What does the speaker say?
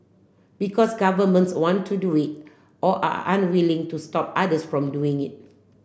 because governments want to do it or are unwilling to stop others from doing it